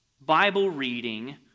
Bible-reading